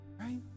Right